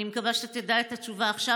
אני מקווה שתדע את התשובה עכשיו.